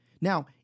Now